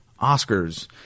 Oscars